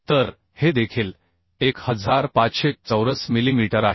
तर हे देखील 1500 चौरस मिलीमीटर आहे